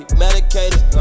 medicated